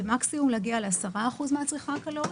ומקסימום להגיע ל-10% מהצריכה הקלורית.